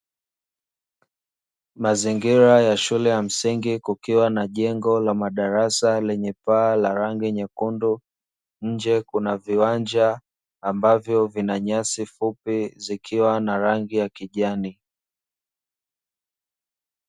Mazingira ya shule ya msingi kukiwa na jengo la madarasa lenye paa la rangi nyekundu nje kuna viwanja ambavyo vina nyasi fupi zikiwa na rangi ya kijani.